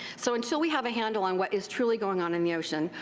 so until we have a handle on what is truly going on in the ocean,